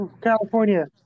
California